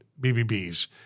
BBBs